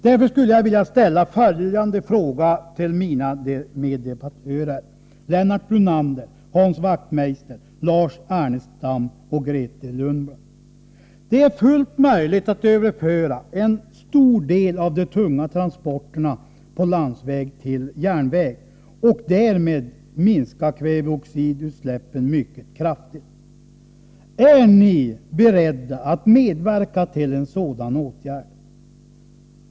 Därför skulle jag vilja ställa följande fråga till mina meddebattörer Lennart Brunander, Hans Wachtmeister, Lars Ernestam och Grethe Lundblad: Det är fullt möjligt att överföra en stor del av de tunga transporterna på landsväg till järnväg och därmed minska kväveoxidutsläppen mycket kraftigt. Är ni beredda att medverka till en sådan åtgärd?